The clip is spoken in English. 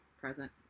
present